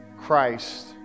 Christ